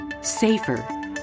safer